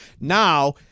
Now